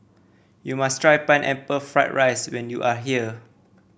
you must try Pineapple Fried Rice when you are here